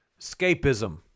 Escapism